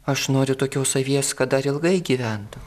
aš noriu tokios avies kad dar ilgai gyventų